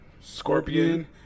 Scorpion